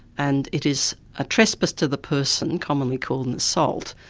and it is a trespass to the person, commonly called an assault,